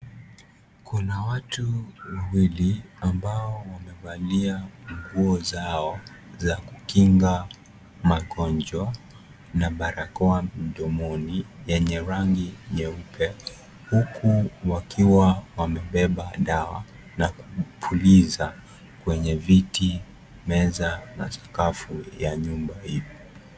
Kuna watu wawili, ambao wamevalia nguo zao za kukinga magonjwa na barakoa mdomoni yenye rangi nyeupe, huku wakiwa wamebeba dawa na kupulizia kwenye viti, meza na sakafu ya nyumba hiyo.